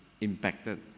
impacted